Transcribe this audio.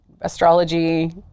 Astrology